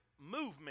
movement